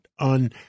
On